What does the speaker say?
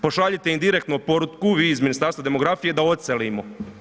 Pošaljite im direktno poruku, vi iz Ministarstva demografije da odselimo.